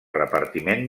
repartiment